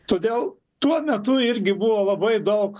todėl tuo metu irgi buvo labai daug